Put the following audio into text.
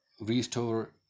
restore